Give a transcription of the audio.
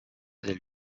del